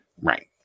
Right